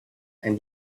and